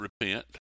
repent